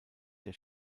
der